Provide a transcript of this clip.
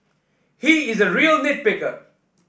he is a real nit picker